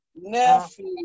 Nephew